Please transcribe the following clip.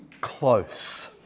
close